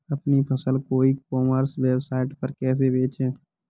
अपनी फसल को ई कॉमर्स वेबसाइट पर कैसे बेचें?